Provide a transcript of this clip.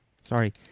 Sorry